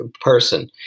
person